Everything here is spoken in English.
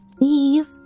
leave